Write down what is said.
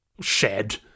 Shed